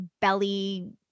belly